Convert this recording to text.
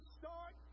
start